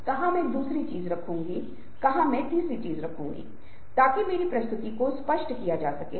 यह घुटने के इस हिस्से को फिर से पानी में नीचे जा रहा है आप टखने और टखने का प्रतिबिंब देख सकते हैं